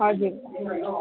हजुर